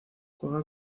juega